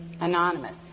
anonymous